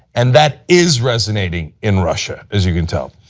and that is resonating in russia as you can tell.